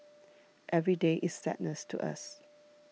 every day is sadness to us